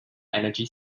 energy